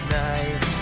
night